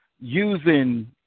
using